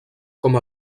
com